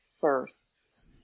first